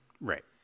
Right